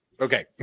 Okay